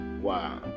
Wow